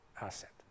asset